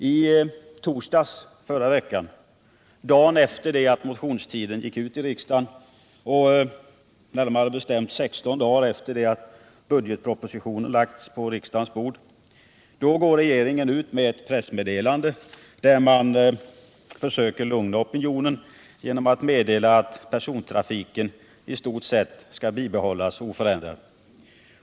I torsdags i förra veckan — dagen efter det att motionstiden gått ut i riksdagen, närmare bestämt 16 dagar efter det att budgetpropositionen lagts på riksdagens bord — gick regeringen ut med ett pressmeddelande, där den försöker lugna opinionen genom att säga att persontrafiken i stort sett skall bibehållas oförändrad.